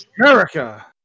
America